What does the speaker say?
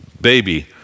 baby